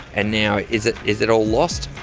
and now, is it is it all lost?